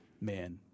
man